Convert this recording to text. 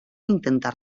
intentar